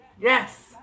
yes